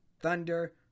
Thunder